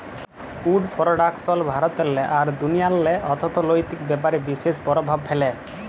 would production ভারতেল্লে আর দুনিয়াল্লে অথ্থলৈতিক ব্যাপারে বিশেষ পরভাব ফ্যালে